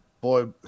boy